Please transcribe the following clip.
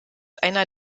einer